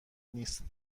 نیست